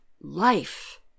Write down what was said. life